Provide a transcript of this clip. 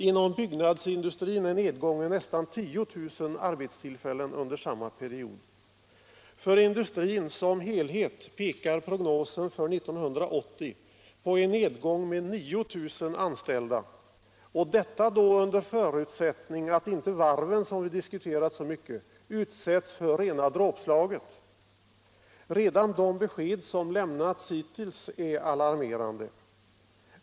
Inom byggnadsindustrin är nedgången nästan 10000 arbetstillfällen under samma period. För industrin som helhet pekar prognosen för 1980 på en nedgång med 9 000 anställda, detta då under förutsättning att inte varven, som vi diskuterat så mycket, utsätts för rena dråpslaget. Redan de besked som lämnats hittills är alarmerande.